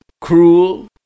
cruel